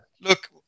Look